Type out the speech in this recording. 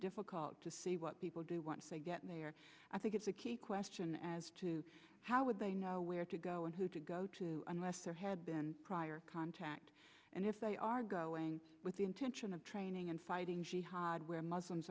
difficult to say what people do want to get me or i think it's a key question as to how would they know where to go and who to go to unless there had been prior crimes and if they are going with the intention of training and fighting jihad where muslims